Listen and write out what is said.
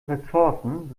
ressourcen